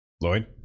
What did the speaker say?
Lloyd